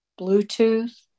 Bluetooth